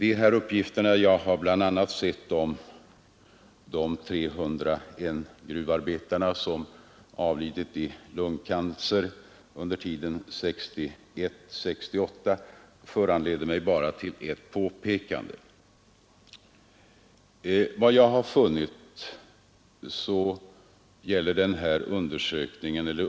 En uppgift om att 301 gruvarbetare skulle ha avlidit i lungcancer under tiden 1961—1968 föranleder mig att göra åtminstone ett påpekande.